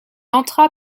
entra